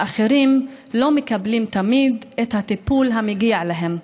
האחרים לא מקבלים תמיד את הטיפול המגיע להם,